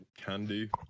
candy